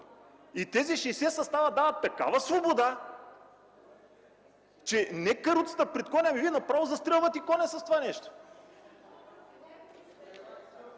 и тези 60 състава дават такава свобода, че не каруцата пред коня, ами направо застрелвате коня с това нещо!